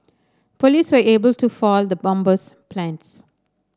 police were able to foil the bomber's plans